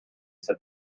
said